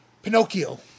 Pinocchio